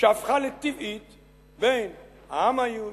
שהפכה לטבעית בין העם היהודי,